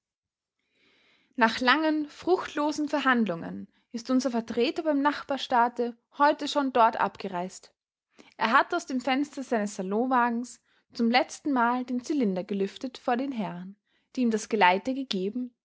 nach langen fruchtlosen verhandlungen ist unser vertreter beim nachbarstaate heute von dort abgereist er hat aus dem fenster seines salonwagens zum letztenmal den zylinder gelüftet vor den herren die ihm das geleite gegeben